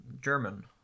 German